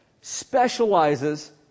specializes